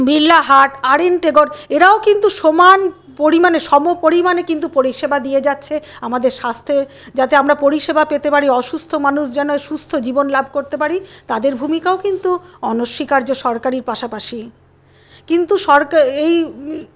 Birla heart R N Tagore এরাও কিন্তু সমান পরিমানে সম পরিমানে কিন্তু পরিষেবা দিয়ে যাচ্ছে আমাদের স্বাস্থ্যে যাতে আমরা পরিষেবা পেতে পারি অসুস্থ মানুষ যেন সুস্থ জীবন লাভ করতে পারি তাদের ভূমিকাও কিন্তু অনস্বীকার্য সরকারির পাশাপাশি কিন্তু